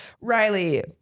Riley